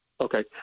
Okay